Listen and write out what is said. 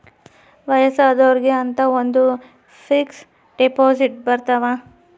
ವಯಸ್ಸಾದೊರ್ಗೆ ಅಂತ ಒಂದ ಫಿಕ್ಸ್ ದೆಪೊಸಿಟ್ ಬರತವ